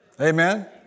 Amen